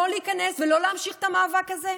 שלא להמשיך את המאבק הזה,